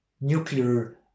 nuclear